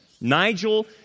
Nigel